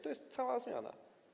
To jest cała zmiana.